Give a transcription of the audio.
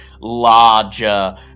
larger